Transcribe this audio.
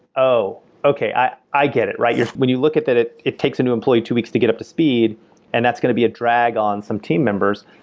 oh, okay. i i get it, right. yeah when you look at that, it it takes a new employee two weeks to get up to speed and that's going to be a drag on some team members,